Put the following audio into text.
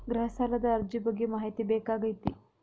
ಗೃಹ ಸಾಲದ ಅರ್ಜಿ ಬಗ್ಗೆ ಮಾಹಿತಿ ಬೇಕಾಗೈತಿ?